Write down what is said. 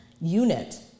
unit